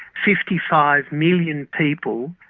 fifty five million people.